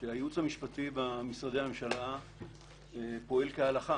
זה בהצעה הממשלתית, לא בפרטית.